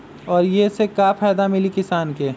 और ये से का फायदा मिली किसान के?